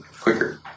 quicker